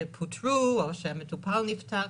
פוטרו או שהמטופל נפטר.